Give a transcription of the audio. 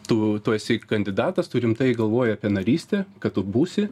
tu tu esi kandidatas tu rimtai galvoji apie narystę kad tu būsi